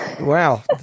Wow